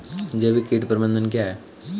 जैविक कीट प्रबंधन क्या है?